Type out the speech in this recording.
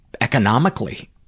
economically